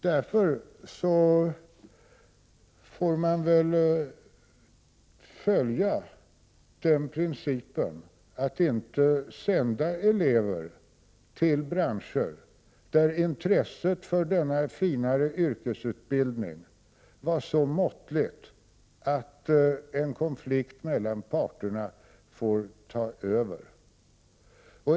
Därför får man väl följa den principen att inte sända elever till branscher där intresset för denna finare yrkesutbildning är så måttligt att en konflikt mellan parterna får ta över.